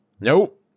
Nope